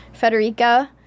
federica